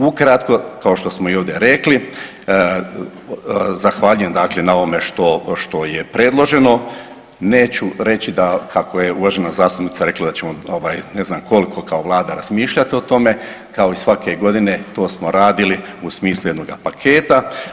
Ukratko, kao što smo i ovdje rekli zahvaljujem dakle na ovome što, što je predloženo, neću reći da kako je uvažena zastupnica rekla da ćemo ovaj ne znam koliko kao Vlada razmišljati o tome, kao i svake godine to smo radili u smislu jednoga paketa.